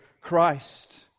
Christ